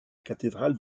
cathédrale